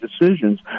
decisions